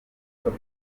group